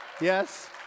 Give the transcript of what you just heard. Yes